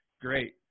Great